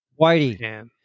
Whitey